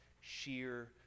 sheer